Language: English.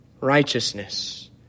righteousness